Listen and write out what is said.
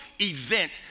event